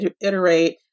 iterate